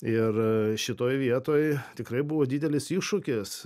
ir šitoj vietoj tikrai buvo didelis iššūkis